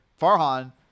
Farhan